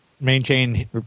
maintain